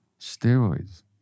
steroids